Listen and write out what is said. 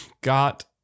got